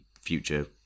future